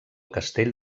castell